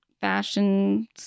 fashion